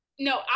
No